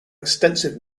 extensive